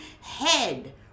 head